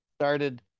started